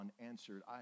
unanswered